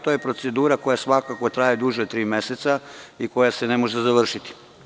To je procedura koja svakako traje duže od tri meseca i koja se ne može brzo završiti.